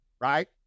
Right